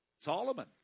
Solomon